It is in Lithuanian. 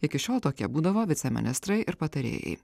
iki šiol tokie būdavo viceministrai ir patarėjai